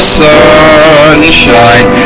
sunshine